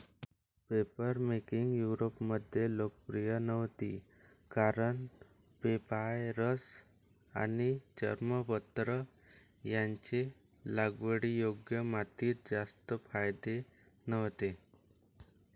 papermaking युरोपमध्ये लोकप्रिय नव्हती कारण पेपायरस आणि चर्मपत्र यांचे लागवडीयोग्य मातीत जास्त फायदे नव्हते